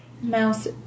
Mouse